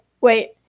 wait